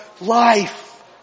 life